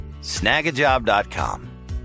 Snagajob.com